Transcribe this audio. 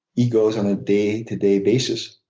he goes on a day-to-day basis.